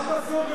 מה פסול בזה?